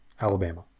Alabama